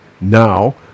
now